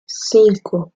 cinco